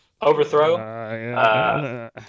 Overthrow